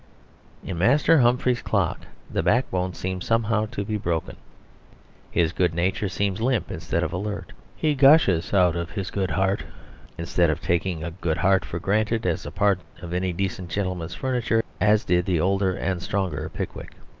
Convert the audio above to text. in master humphrey's clock the backbone seems somehow to be broken his good nature seems limp instead of alert. he gushes out of his good heart instead of taking a good heart for granted as a part of any decent gentleman's furniture as did the older and stronger pickwick.